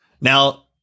Now